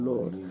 Lord